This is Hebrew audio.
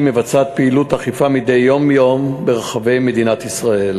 מבצעת פעילות אכיפה מדי יום ביומו ברחבי מדינת ישראל.